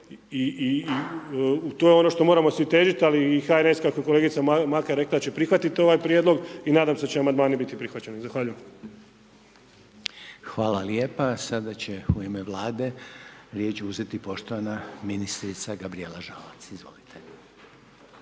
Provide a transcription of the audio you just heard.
i to je ono što moramo svi težiti ali i HNS kako je kolegica Makar rekla da će prihvati ovaj prijedlog i nadam se da će amandmani biti prihvaćeni. Zahvaljujem. **Reiner, Željko (HDZ)** Hvala lijepa, sada će u ime Vlade riječ uzeti poštovana ministrica Gabrijela Žalac, izvolite.